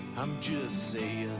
i'm just